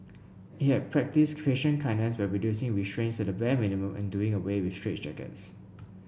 it had practised patient kindness by reducing restraints to the bare minimum and doing away with straitjackets